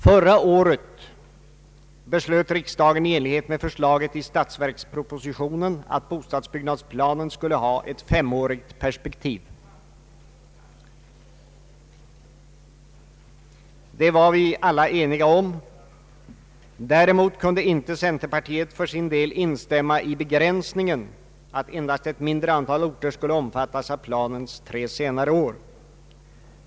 Förra året beslöt riksdagen i enlighet med förslaget i statsverkspropositionen att bostadsbyggnadsplanen skulle ha ett femårigt perspektiv. Det var vi alla eniga om. Däremot kunde inte centerpartiet för sin del instämma i begränsningen att endast ett mindre antal orter skulle omfattas av planens tre senare år.